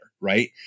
Right